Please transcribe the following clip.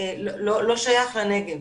לא שייך לנגב.